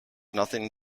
nothing